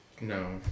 No